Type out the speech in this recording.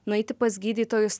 nueiti pas gydytojus